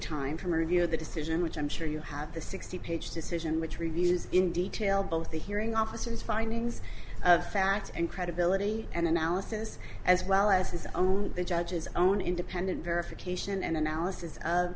time from review of the decision which i'm sure you have the sixty page decision which reveals in detail both the hearing officers findings of facts and credibility and analysis as well as his own the judge's own independent verification and analysis